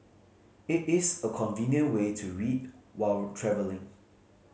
it is a convenient way to read while travelling